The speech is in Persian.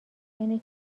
اینه